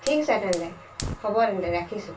ঠিক আছে তেন্তে হ'ব তেন্তে ৰাখিছোঁ